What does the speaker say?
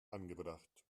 angebracht